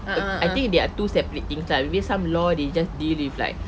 I think they are two separate things lah maybe some law they just deal with like